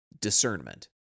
discernment